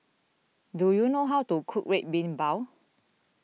do you know how to cook Red Bean Bao